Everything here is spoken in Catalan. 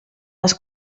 les